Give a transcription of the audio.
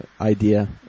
idea